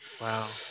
Wow